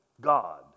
god